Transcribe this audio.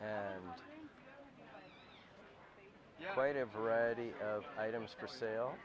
a variety of items for sale